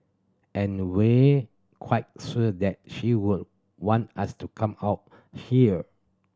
and we quite sure that she would want us to come out here